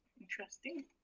Interesting